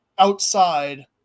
outside